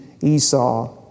Esau